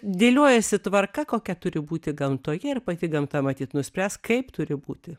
dėliojasi tvarka kokia turi būti gamtoje ir pati gamta matyt nuspręs kaip turi būti